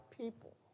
people